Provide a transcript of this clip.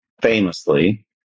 famously